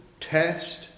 test